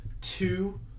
two